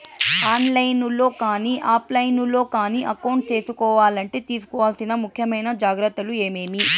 On line లో కానీ offline లో కానీ అకౌంట్ సేసుకోవాలంటే తీసుకోవాల్సిన ముఖ్యమైన జాగ్రత్తలు ఏమేమి?